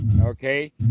okay